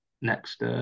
next